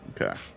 Okay